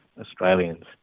Australians